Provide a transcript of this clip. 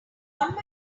want